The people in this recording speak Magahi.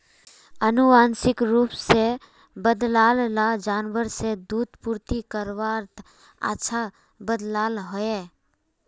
आनुवांशिक रूप से बद्लाल ला जानवर से दूध पूर्ति करवात अच्छा बदलाव होइए